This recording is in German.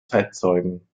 zeitzeugen